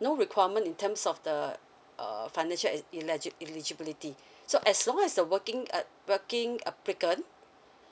no requirement in terms of the uh financial eligi~ eligibility so as long as the working uh working applicant